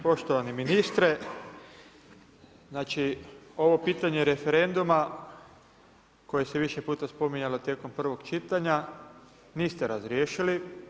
Poštovani ministre, znači ovo pitanje referenduma koje se više puta spominjalo tijekom prvog čitanja niste razriješili.